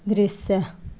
दृश्य